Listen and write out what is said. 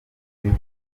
imibu